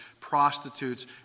prostitutes